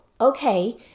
okay